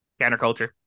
counterculture